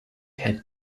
had